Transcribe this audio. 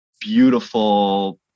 beautiful